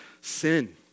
sin